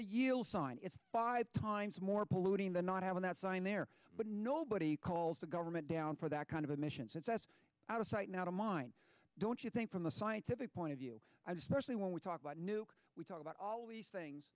a yield sign it's five times more polluting the not having that sign there but nobody calls the government down for that kind of emissions and that's out of sight now to mine don't you think from the scientific point of view i just personally when we talk about new we talk about all these things